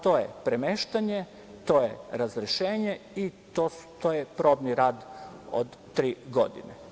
To je: premeštanje, razrešenje i probni rad od tri godine.